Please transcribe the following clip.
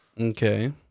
Okay